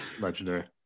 legendary